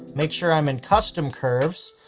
make sure i'm in custom curves.